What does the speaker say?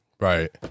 Right